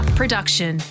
production